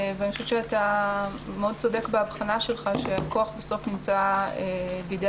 אני חושבת שאתה מאוד צודק בהבחנה שלך שהכוח בסוף נמצא בידי